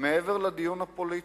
מעבר לדיון הפוליטי.